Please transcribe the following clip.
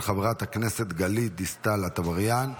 של חברת הכנסת גלית דיסטל אטבריאן.